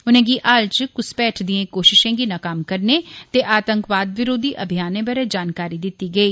उनेंगी हाल च घुसपैठ दिए कोशिशें गी नाकाम करने ते आतंकवाद विरोधी अभियानें बारै जानकारी दित्ती गेई